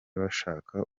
bashaka